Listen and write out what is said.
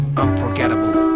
unforgettable